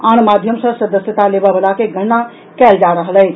आन माध्यम सॅ सदस्यता लेबऽ वला के गणना कयल जा रहल अछि